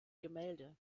gemälde